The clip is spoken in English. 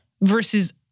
versus